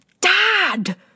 Dad